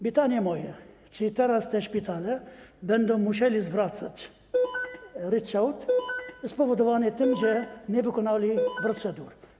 Pytanie moje jest takie: Czy teraz te szpitale będą musiały zwracać ryczałt spowodowany tym, że nie wykonały procedur?